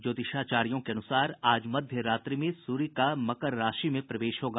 ज्योतिषाचार्यो के अनुसार आज मध्य रात्रि में सूर्य का मकर राशि में प्रवेश होगा